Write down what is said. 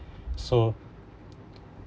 so